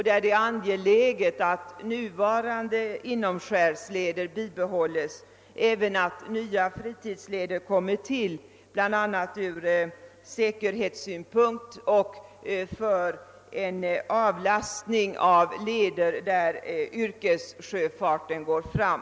Det är angeläget att nuvarande inomskärsleder bibehålles liksom även att nya leder för fritidstrafik kommer till stånd, bl.a. från säkerhetssynpunkt och för att avlasta leder där yrkessjöfarten går fram.